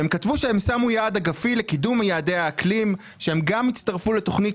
והם כתבו שהם שמו יעד אגפי לקידום יעדי האקלים שהם גם הצטרפו לתוכנית